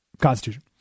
Constitution